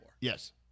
Yes